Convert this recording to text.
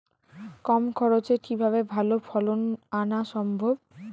কম খরচে কিভাবে ভালো ফলন আনা সম্ভব?